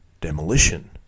demolition